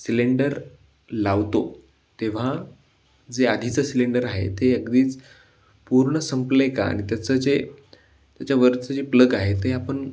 cylinder लावतो तेव्हा जे आधीचं सिलेंडर आहे ते अगदीच पूर्ण संपले आहे का आणि त्याचं जे त्याच्यावरचं जे प्लग आहे ते आपण